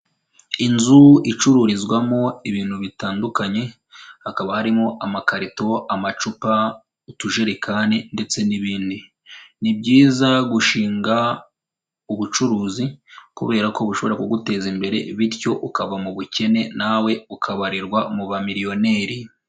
Inzu icururizwamo ibintu bitandukanye, hakaba harimo amakarito, amacupa, utujerekani ndetse n'ibindi. Ni byiza gushinga ubucuruzi kubera ko bushobora kuguteza imbere bityo ukava mu bukene, nawe ukabarirwa mu bamiliyoneri.